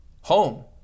home